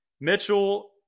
Mitchell